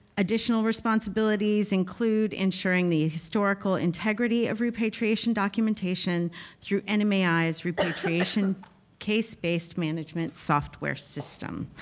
additional responsibilities include ensuring the historical integrity of repatriation documentation through and nmai's repatriation case based management software system.